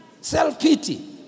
Self-pity